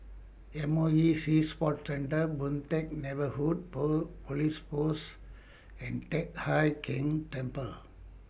M O E Sea Sports Centre Boon Teck Neighbourhood Police Post and Teck Hai Keng Temple